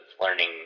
learning